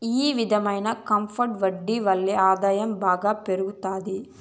ఈ విధమైన కాంపౌండ్ వడ్డీ వల్లే ఆదాయం బాగా పెరుగుతాది